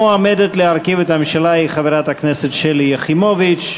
המועמדת להרכיב את הממשלה היא חברת הכנסת שלי יחימוביץ.